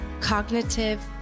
cognitive